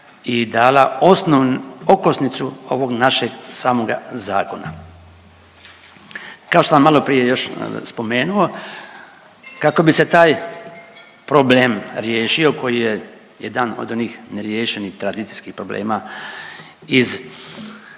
i dala okosnicu ovog našeg samoga zakona. Kao što sam malo prije još spomenuo kako bi se taj problem riješio koji je jedan od onih neriješenih tranzicijskih problema iz